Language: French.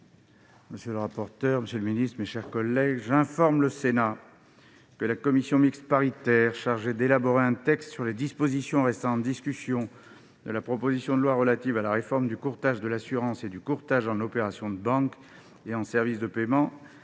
La séance est reprise. J'informe le Sénat que la commission mixte paritaire chargée d'élaborer un texte sur les dispositions restant en discussion de la proposition de loi relative à la réforme du courtage de l'assurance et du courtage en opérations de banque et en services de paiement